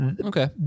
Okay